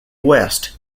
west